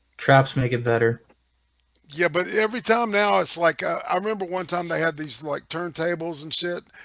traps make it better yeah, but every time now. it's like i remember one time they had these like turntables and shit,